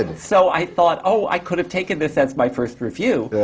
ah but so i thought, oh, i could have taken this as my first review!